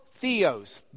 theos